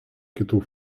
kitų